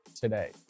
today